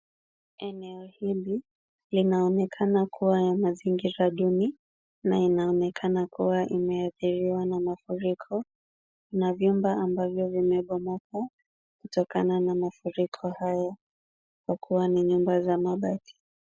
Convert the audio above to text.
Eneo hili linaonekana kuwa la mazingira duni na inaonekana kuwa imeathiriwa na mafuriko na vyumba ambavyo vimebomoka kutokana na mafuriko hayo kwa kuwa ni nyumba za mabati.